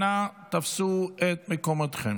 אנא תפסו את מקומותיכם.